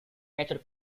mature